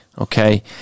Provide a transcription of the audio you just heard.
Okay